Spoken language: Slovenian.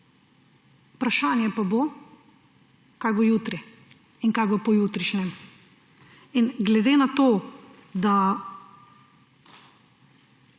vprašanje pa je, kaj bo jutri in kaj bo pojutrišnjem. In glede na to, da